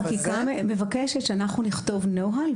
החקיקה מבקשת שאנחנו נכתוב נוהל,